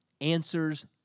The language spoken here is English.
answers